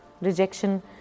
Rejection